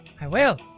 i will.